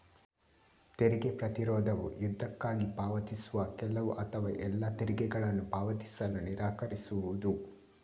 ತೆರಿಗೆ ಪ್ರತಿರೋಧವು ಯುದ್ಧಕ್ಕಾಗಿ ಪಾವತಿಸುವ ಕೆಲವು ಅಥವಾ ಎಲ್ಲಾ ತೆರಿಗೆಗಳನ್ನು ಪಾವತಿಸಲು ನಿರಾಕರಿಸುವುದು